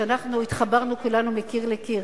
כשאנחנו התחברנו כולנו מקיר לקיר.